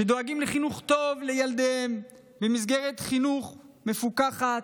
שדואגים לחינוך טוב לילדיהם במסגרת חינוך מפוקחת,